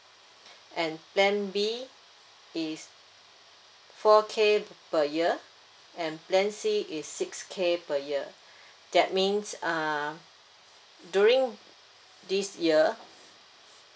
and plan B is four K per year and plan C is six K per year that means uh during this year